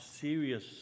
serious